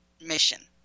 mission